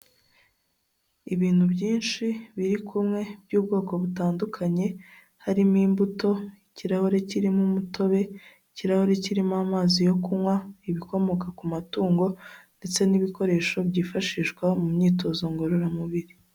Ibintu byinshi biri kumwe by'ubwoko butandukanye, harimo imbuto, ikirahure kirimo umutobe, ikirahuri kirimo amazi yo kunywa, ibikomoka ku matungo ndetse n'ibikoresho byifashishwa mu myitozo ngororamubiri.